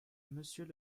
monsieur